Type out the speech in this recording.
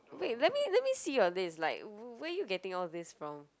wait let me let me see your list like where you getting all these from